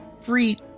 free